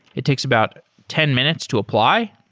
it takes about ten minutes to apply.